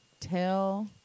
tell